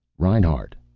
reinhart!